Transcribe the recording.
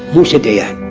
musa dayan